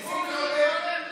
אני מודה לך על הרמה שאתה מדבר.